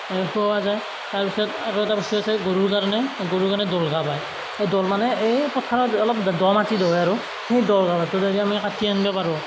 খুওৱা যায় তাৰপিছত আৰু এটা বস্তু আছে গৰুৰ কাৰণে গৰুৰ কাৰণে দল ঘাঁহ পায় অঁ দল মানে এই পথাৰত অলপ দ' দ' মাটিত হয় আৰু সেই দল ঘাঁহটো যদি আমি কাটি আনিব পাৰোঁ